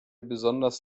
besonders